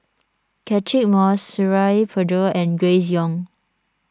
Catchick Moses Suradi Parjo and Grace Young